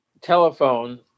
telephone